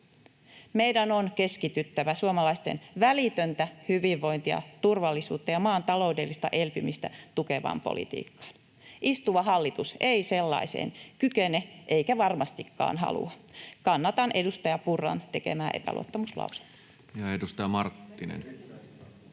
Meidän on keskityttävä suomalaisten välitöntä hyvinvointia, turvallisuutta ja maan taloudellista elpymistä tukevaan politiikkaan. Istuva hallitus ei sellaiseen kykene eikä varmastikaan halua. Kannatan edustaja Purran tekemää epäluottamuslausetta.